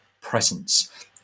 presence